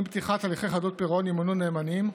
עם פתיחת הליכי חדלות פירעון ימונו נאמנים,